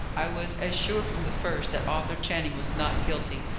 i was as sure from the first that arthur channing was not guilty,